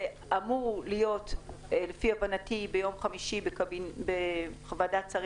זה אמור להיות ביום חמישי בוועדת השרים